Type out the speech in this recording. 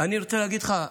אני רוצה להגיד לך,